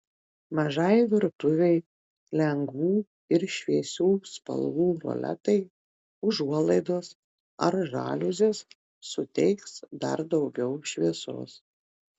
mažai virtuvei lengvų ir šviesių spalvų roletai užuolaidos ar žaliuzės suteiks dar daugiau šviesos